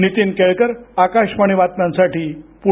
नीतीन केळकर आकाशवाणी बातम्यांसाठी पुणे